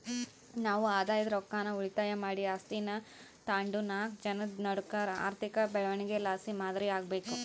ನಾವು ಆದಾಯದ ರೊಕ್ಕಾನ ಉಳಿತಾಯ ಮಾಡಿ ಆಸ್ತೀನಾ ತಾಂಡುನಾಕ್ ಜನುದ್ ನಡೂಕ ಆರ್ಥಿಕ ಬೆಳವಣಿಗೆಲಾಸಿ ಮಾದರಿ ಆಗ್ಬಕು